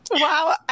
Wow